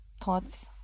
thoughts